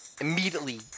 immediately